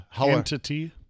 Entity